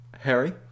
Harry